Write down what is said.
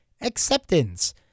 Acceptance